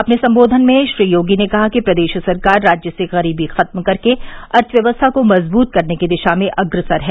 अपने सम्बोधन में श्री योगी ने कहा कि प्रदेश सरकार राज्य से ग़रीबी ख़त्म कर अर्थ व्यवस्था को मजबूत करने की दिशा में अग्रसर है